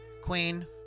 Queen